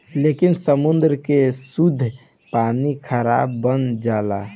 लेकिन समुंद्र के सुद्ध पानी खारा बन जाला